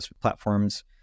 platforms